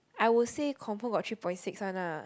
I would say confirm got three point six one lah